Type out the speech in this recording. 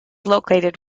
located